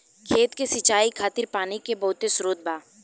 खेत के सिंचाई खातिर पानी के बहुत स्त्रोत बा